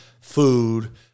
food